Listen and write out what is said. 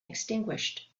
extinguished